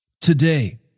Today